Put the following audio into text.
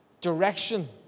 Direction